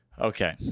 Okay